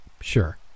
Sure